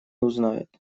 узнает